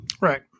Right